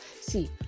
see